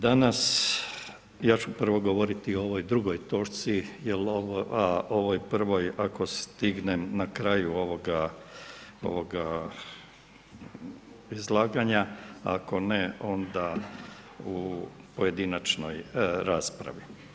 Danas, ja ću prvo govoriti o ovoj drugoj točci, jer o ovoj prvoj, ako stignem na kraju, ovoga izlaganja, ako ne, onda u pojedinačnoj raspravi.